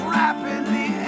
rapidly